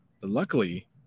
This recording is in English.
Luckily